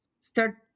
start